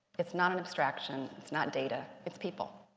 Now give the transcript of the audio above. it's not an abstraction, it's not data, it's people.